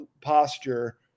posture